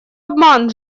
обман